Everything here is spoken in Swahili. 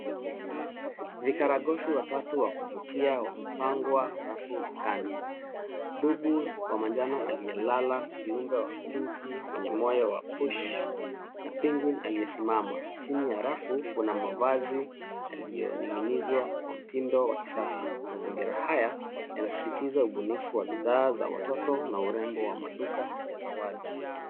Vikaragosi watatu wa kuvutia wamepangwa rafu dukani. Dubu wa manjano aliyelala kiumbe wa pinki mwenye moyo wa push na penguin aliyesimama. Chini ya rafu kuna mavazi yaliyoninginizwa kwa mtindo wa kisasa. Mazingira haya yanasisitiza umuhimu wa bidhaa za watoto na urembo wa maduka ya zawadi.